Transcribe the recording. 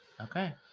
Okay